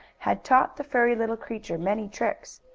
had taught the furry little creature many tricks.